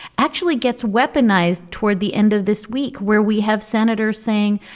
actually gets weaponized toward the end of this week where we have senators saying,